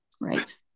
right